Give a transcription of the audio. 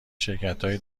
شرکتهای